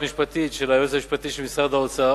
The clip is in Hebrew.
משפטית של היועץ המשפטי של משרד האוצר